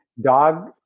dog